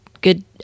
good